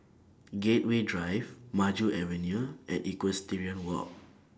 Gateway Drive Maju Avenue and Equestrian Walk